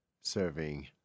serving